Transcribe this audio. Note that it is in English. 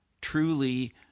truly